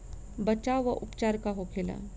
बचाव व उपचार का होखेला?